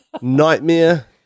nightmare